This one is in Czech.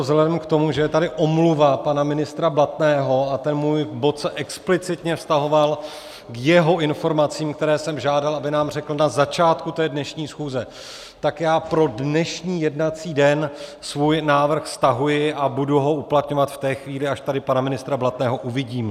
Vzhledem k tomu, že je tady omluva pana ministra Blatného a můj bod se explicitně vztahoval k jeho informacím, které jsem žádal, aby nám řekl na začátku dnešní schůze, tak já pro dnešní jednací den svůj návrh stahuji a budu ho uplatňovat v té chvíli, až tady pana ministra Blatného uvidím.